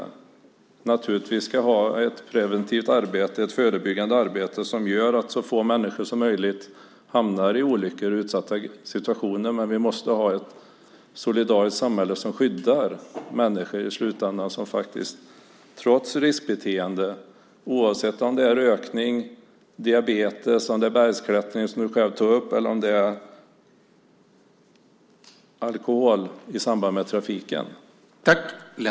Vi ska naturligtvis ha ett preventivt, förebyggande, arbete som gör att så få människor som möjligt hamnar i olyckor och utsatta situationer, men vi måste ha ett solidariskt samhälle som skyddar människor i slutändan trots riskbeteende, oavsett om det är rökning, diabetes, bergsklättring, som du själv tog upp, eller om det är alkohol i samband med trafiken.